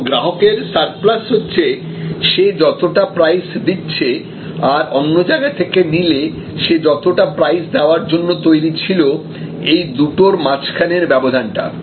এবং গ্রাহকের সারপ্লাস হচ্ছে সে যতটা প্রাইস দিচ্ছে আর অন্য জায়গা থেকে নিলে সে যতটা প্রাইস দেওয়ার জন্য তৈরি ছিল এই দুটোর মাঝখানের ব্যবধানটা